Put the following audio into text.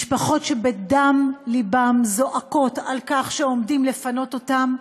משפחות שבדם לבן זועקות על כך שעומדים לפנות אותן.